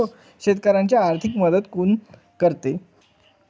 शेतकऱ्यांना आर्थिक मदत कोण करते?